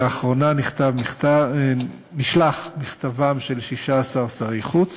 לאחרונה נשלח מכתבם של 16 שרי חוץ